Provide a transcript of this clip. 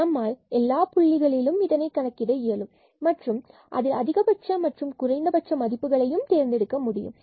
எனவே நம்மால் எல்லாம் புள்ளிகளையும் கணக்கிட இயலும் மற்றும் அதில் அதிகபட்ச அல்லது குறைந்தபட்ச மதிப்புகளை தேர்ந்தெடுக்க முடியும்